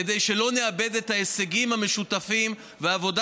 כדי שלא נאבד את ההישגים המשותפים והעבודה